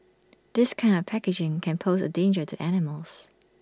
this kind of packaging can pose A danger to animals